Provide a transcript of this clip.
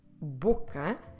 boca